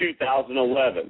2011